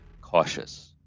cautious